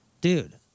Dude